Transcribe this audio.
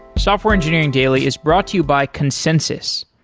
software engineering daily is brought to you by consensys.